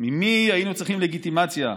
ממי היינו צריכים לגיטימציה,